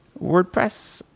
wordpress,